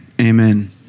Amen